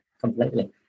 completely